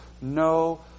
no